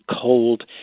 cold